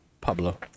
Pablo